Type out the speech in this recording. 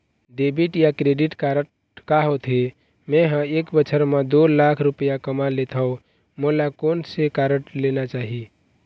Debit या credit card का होथे, मे ह एक बछर म दो लाख रुपया कमा लेथव मोला कोन से कारड लेना चाही?